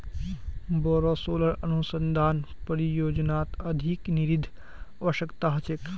बोरो सोलर अनुसंधान परियोजनात अधिक निधिर अवश्यकता ह छेक